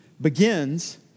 begins